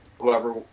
whoever